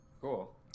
cool